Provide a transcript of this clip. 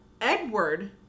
edward